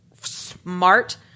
smart